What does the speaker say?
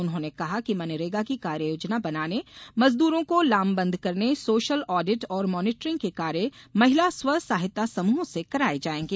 उन्होंने कहा कि मनरेगा की कार्ययोजना बनाने मजदूरो को लामबंद करने सोशल आडिट और मॉनिटरिंग के कार्य महिला स्व सहायता समूहों से कराये जाएंगे